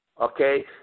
Okay